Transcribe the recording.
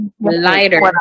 lighter